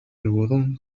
algodón